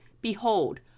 Behold